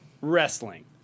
wrestling